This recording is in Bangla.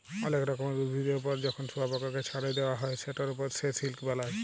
অলেক রকমের উভিদের ওপর যখন শুয়পকাকে চ্ছাড়ে দেওয়া হ্যয় সেটার ওপর সে সিল্ক বালায়